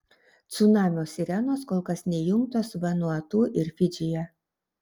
cunamio sirenos kol kas neįjungtos vanuatu ir fidžyje